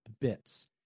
bits